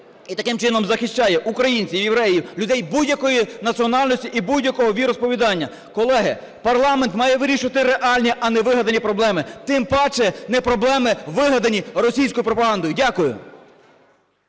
і таким чином захищає українців, євреїв, людей будь-якої національності і будь-якого віросповідання. Колеги, парламент має вирішувати реальні, а не вигадані проблеми, тим паче не проблеми, вигадані російською пропагандою. Дякую.